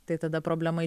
tai tada problema